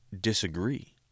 disagree